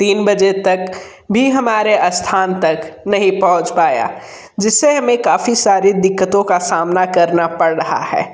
तीन बजे तक भी हमारे स्थान तक नहीं पहुंच पाया जिससे हमें काफ़ी सारी दिक्कतों का सामना करना पड़ रहा है